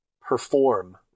perform